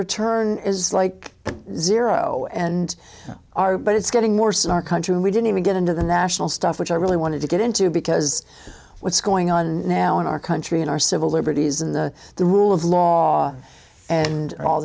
return is like zero and our but it's getting worse and our country and we didn't even get into the national stuff which i really wanted to get into because what's going on now in our country and our civil liberties and the rule of law and all